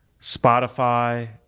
Spotify